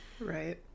Right